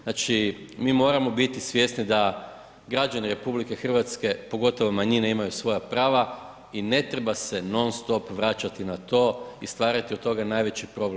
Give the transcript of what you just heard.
Znači mi moramo biti svjesni da građani RH pogotovo manjine imaju svoja prava i ne treba se non-stop vraćati na to i stvarati od toga najveći problem.